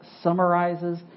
summarizes